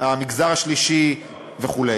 המגזר השלישי וכו'.